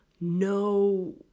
no